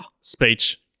speech